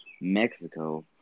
Mexico